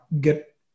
get